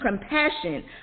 compassion